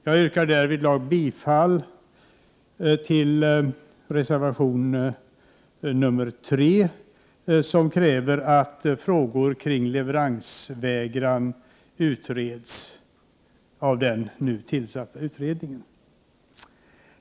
Jag yrkar bifall till reservation nr 3, vari det krävs att frågor kring leveransvägran utreds av den nu tillsatta utredningen.